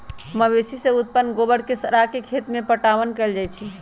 मवेशी से उत्पन्न गोबर के सड़ा के खेत में पटाओन कएल जाइ छइ